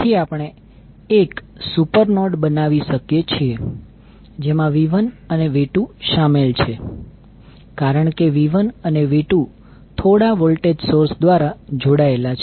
તેથી આપણે 1 super node બનાવી શકીએ છીએ જેમાં V1 અને V2 શામેલ છે કારણ કે V1 અને V2 થોડા વોલ્ટેજ સોર્સ દ્વારા જોડાયેલા છે